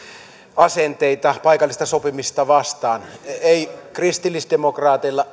asenteita paikallista sopimista vastaan ei kristillisdemokraateilla